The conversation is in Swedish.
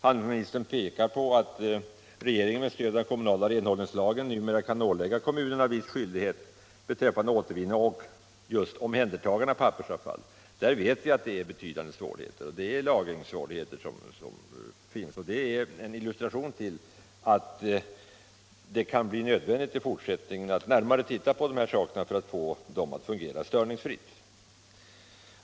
Handelsministern pekar på att ”regeringen med stöd av kommunala renhållningslagen numera kan ålägga kommunerna viss skyldighet beträffande återvinning och omhändertagande av pappersavfall”. Vi vet att man har betydande lagringssvårigheter inom detta område. Det är en illustration till att det kan bli nödvändigt att närmare titta på förhållandena i sin helhet för att få systemet att fungera störningsfritt.